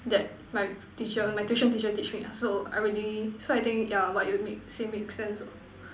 that my teacher my tuition teacher teach me ah so I really so I think yeah what you make say makes sense lor